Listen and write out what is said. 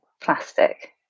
plastic